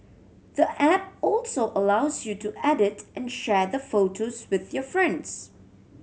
the app also allows you to edit and share the photos with your friends